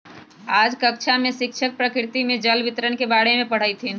आज कक्षा में शिक्षक प्रकृति में जल वितरण के बारे में पढ़ईथीन